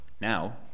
Now